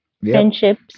friendships